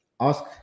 ask